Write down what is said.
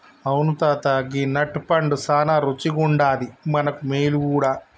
అవును తాత గీ నట్ పండు సానా రుచిగుండాది మనకు మేలు గూడా